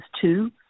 two